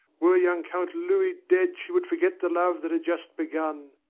were young count louis dead she would forget the love that had just begun,